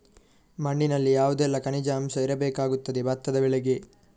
ಮಣ್ಣಿನಲ್ಲಿ ಯಾವುದೆಲ್ಲ ಖನಿಜ ಅಂಶ ಇರಬೇಕಾಗುತ್ತದೆ ಭತ್ತದ ಬೆಳೆಗೆ?